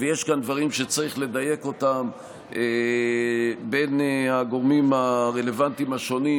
יש כאן דברים שצריך לדייק אותם בין הגורמים הרלוונטיים השונים,